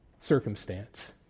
circumstance